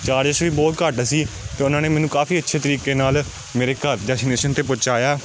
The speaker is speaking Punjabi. ਚਾਰਜਿਸ ਵੀ ਬਹੁਤ ਘੱਟ ਸੀ ਅਤੇ ਉਹਨਾਂ ਨੇ ਮੈਨੂੰ ਕਾਫੀ ਅੱਛੇ ਤਰੀਕੇ ਨਾਲ ਮੇਰੇ ਘਰ ਡੇਸਟੀਨੇਸ਼ਨ 'ਤੇ ਪਹੁੰਚਾਇਆ